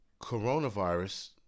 coronavirus